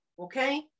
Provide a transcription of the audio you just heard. Okay